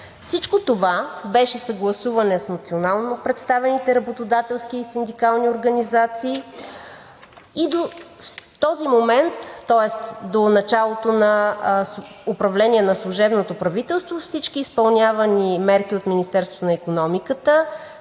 Всичко това беше съгласувано с национално представените работодателски и синдикални организации и до този момент, тоест до началото на управлението на служебното правителство, всички изпълнявани мерки от Министерството на икономиката,